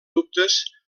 dubtes